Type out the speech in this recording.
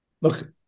look